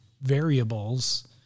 variables